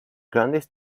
grandes